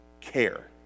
Care